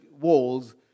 walls